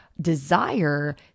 desire